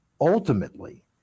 ultimately